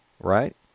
right